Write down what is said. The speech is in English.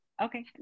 Okay